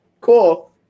cool